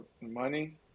money